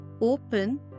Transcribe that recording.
Open